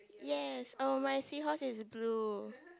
yes um my seahorse is blue